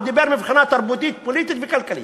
הוא דיבר מבחינה תרבותית, פוליטית וכלכלית.